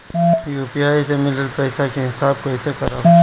UPI से मिलल पईसा के हिसाब कइसे करब?